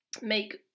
make